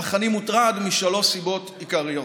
אני מוטרד משלוש סיבות עיקריות.